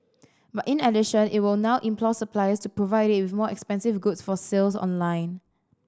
but in addition it will now implore suppliers to provide it with more expensive goods for sales online